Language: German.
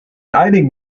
einigen